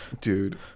dude